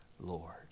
lord